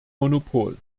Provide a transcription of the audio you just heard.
monopol